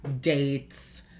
dates